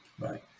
Right